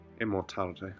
immortality